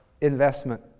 investment